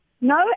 No